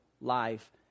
life